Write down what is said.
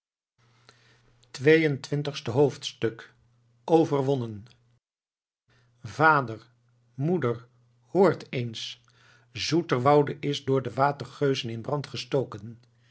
tweeëntwintigste hoofdstuk overwonnen vader moeder hoort eens zoeterwoude is door de watergeuzen in brand gestoken